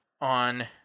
on